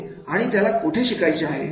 आणि त्याला कोठे शिकायचे आहे